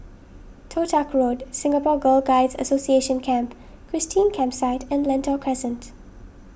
Toh Tuck Road Singapore Girl Guides Association Camp Christine Campsite and Lentor Crescent